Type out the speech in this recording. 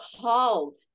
called